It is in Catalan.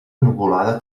nuvolada